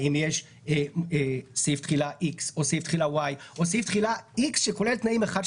האם יש סעיף תחילה X או סעיף תחילה Y או סעיף תחילה X שכולל תנאים אחד,